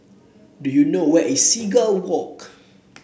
do you know where is Seagull Walk